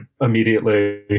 immediately